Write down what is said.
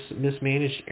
mismanaged